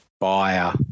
buyer